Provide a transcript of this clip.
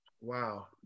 Wow